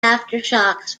aftershocks